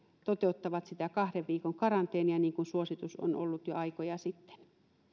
toteuttavat sitä kahden viikon karanteenia niin kuin suositus on ollut jo aikoja sitten